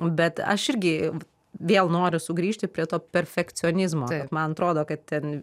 bet aš irgi vėl noriu sugrįžti prie to perfekcionizmo man atrodo kad ten